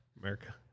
America